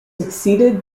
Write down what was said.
succeeded